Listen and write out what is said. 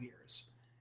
years